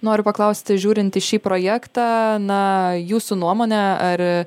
noriu paklausti žiūrint į šį projektą na jūsų nuomone ar